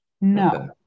No